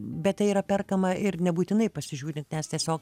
bet tai yra perkama ir nebūtinai pasižiūrint nes tiesiog